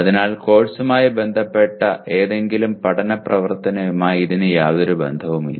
അതിനാൽ കോഴ്സുമായി ബന്ധപ്പെട്ട ഏതെങ്കിലും പഠന പ്രവർത്തനവുമായി ഇതിന് യാതൊരു ബന്ധവുമില്ല